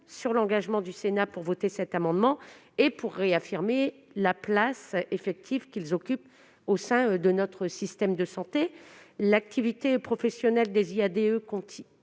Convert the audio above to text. sur l'engagement du Sénat pour que cet amendement soit voté et pour que soit réaffirmée la place effective qu'ils occupent au sein de notre système de santé. L'activité professionnelle des IADE constitue